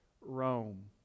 Rome